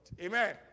Amen